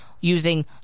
using